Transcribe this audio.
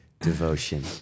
Devotion